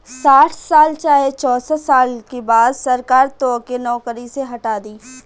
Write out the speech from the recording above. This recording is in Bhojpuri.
साठ साल चाहे चौसठ साल के बाद सरकार तोके नौकरी से हटा दी